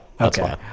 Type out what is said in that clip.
okay